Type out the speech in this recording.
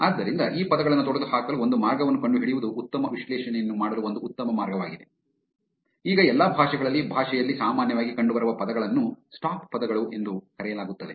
ಆದ್ದರಿಂದ ಈ ಪದಗಳನ್ನು ತೊಡೆದುಹಾಕಲು ಒಂದು ಮಾರ್ಗವನ್ನು ಕಂಡುಹಿಡಿಯುವುದು ಉತ್ತಮ ವಿಶ್ಲೇಷಣೆಯನ್ನು ಮಾಡಲು ಒಂದು ಉತ್ತಮ ಮಾರ್ಗವಾಗಿದೆ ಈಗ ಎಲ್ಲಾ ಭಾಷೆಗಳಲ್ಲಿ ಭಾಷೆಯಲ್ಲಿ ಸಾಮಾನ್ಯವಾಗಿ ಕಂಡುಬರುವ ಪದಗಳನ್ನು ಸ್ಟಾಪ್ ಪದಗಳು ಎಂದು ಕರೆಯಲಾಗುತ್ತದೆ